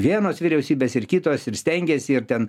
vienos vyriausybės ir kitos ir stengiasi ir ten